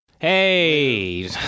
Hey